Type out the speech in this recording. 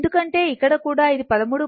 ఎందుకంటే ఇక్కడ కూడా ఇది 13